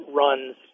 runs